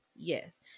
yes